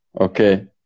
okay